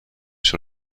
sur